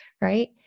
right